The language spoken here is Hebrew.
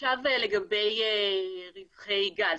לגבי רווחי גז,